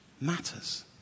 matters